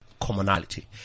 commonality